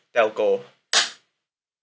telco